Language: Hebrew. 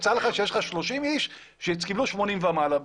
יצא לך שיש לך 30 אנשים שקיבלו 80 ומעלה.